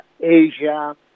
Asia